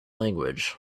language